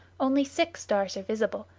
only six stars are visible,